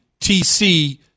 TC